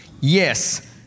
Yes